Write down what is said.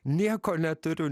nieko neturiu